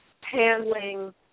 handling –